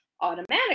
automatically